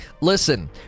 Listen